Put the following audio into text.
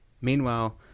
Meanwhile